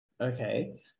Okay